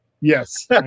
Yes